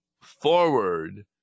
forward